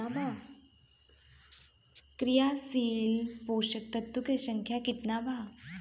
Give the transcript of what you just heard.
क्रियाशील पोषक तत्व के संख्या कितना बा?